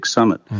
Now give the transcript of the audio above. Summit